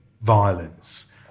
violence